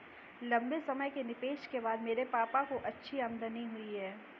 लंबे समय के निवेश के बाद मेरे पापा को अच्छी आमदनी हुई है